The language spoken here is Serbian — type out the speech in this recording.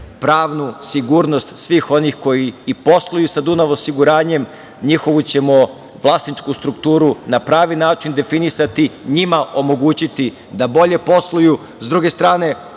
pravnu sigurnost svih onih koji posluju sa „Dunav osiguranjem“, njihovu ćemo vlasničku strukturu na pravi način definisati, njima omogućiti da bolje posluju. Sa druge strane,